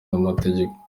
n’amategeko